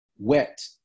wet